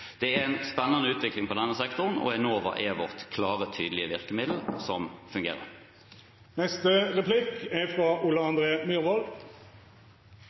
Det er en spennende utvikling i denne sektoren, og Enova er vårt klare og tydelige virkemiddel, som